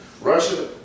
Russia